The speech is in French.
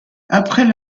après